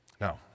Now